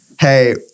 hey